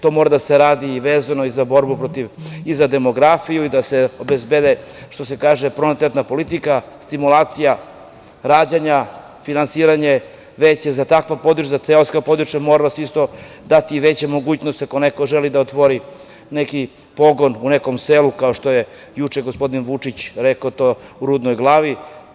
To mora da se radi vezano i za demografiju, da se obezbede, što se kaže, pronetena politika, stimulacija rađanja, finansiranje veće za takva područja, za seoska područja, moraju se dati i veće mogućnosti ako neko želi da otvori neki pogon u nekom selu kao što je juče gospodin Vučić rekao to u Rudnoj Glavi.